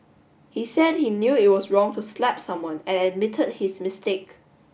he said he knew it was wrong to slap someone and admitted his mistake